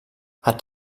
hat